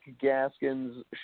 Gaskins